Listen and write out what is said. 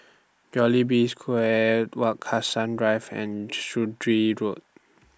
Square Wak Hassan Drive and Sturdee Road